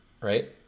right